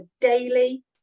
daily